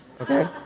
Okay